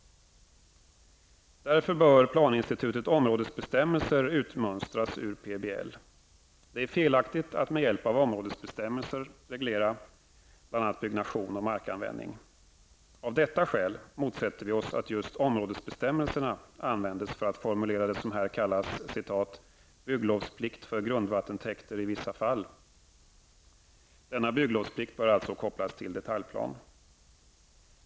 Därför bör planinstitutet områdesbestämmelser utmönstras ur PBL. Det är fel att med hjälp av områdesbestämmelser reglera bl.a. byggnation och markanvändning. Av detta skäl motsätter vi oss att just områdesbestämmelserna används för att formulera det som här kallas ''bygglovsplikt för grundvattentäkter i vissa fall''. Denna bygglovsplikt bör kopplas till detaljplan.